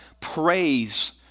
praise